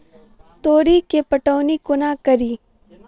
तोरी केँ पटौनी कोना कड़ी?